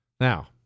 Now